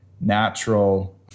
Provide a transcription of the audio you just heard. natural